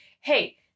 hey-